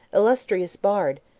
illustrious bard!